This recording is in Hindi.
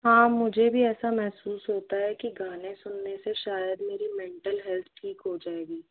हाँ मुझे भी ऐसा महसूस होता है कि गाने सुनने से शायद मेरी मेंटल हेल्थ ठीक हो जाएगी